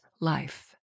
life